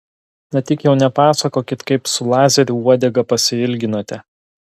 na tik jau nepasakokit kaip su lazeriu uodegą pasiilginote